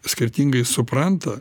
skirtingai supranta